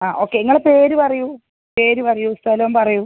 ആ ഓക്കെ നിങ്ങളുടെ പേര് പറയൂ പേര് പറയൂ സ്ഥലം പറയൂ